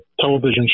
television